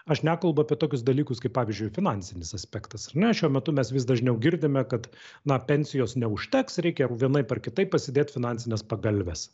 aš nekalbu apie tokius dalykus kaip pavyzdžiui finansinis aspektas ar ne šiuo metu mes vis dažniau girdime kad na pensijos neužteks reikia vienaip ar kitaip pasidėt finansines pagalves